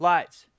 Lights